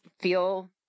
feel